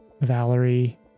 Valerie